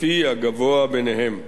לפי הגבוה מביניהם.